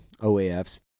OAF's